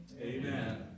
Amen